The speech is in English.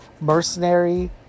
mercenary